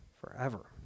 forever